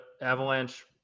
avalanche